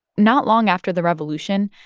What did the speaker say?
not long after the revolution,